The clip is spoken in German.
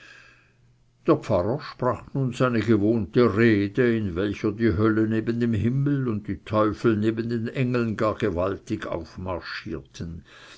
der pfarrer sprach nun seine gewohnte rede in welcher die hölle neben dem himmel und die teufel neben den engeln gar gewaltig aufmarschierten